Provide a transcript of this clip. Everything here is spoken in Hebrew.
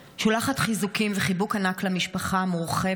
אני שולחת חיזוקים וחיבוק ענק למשפחה המורחבת,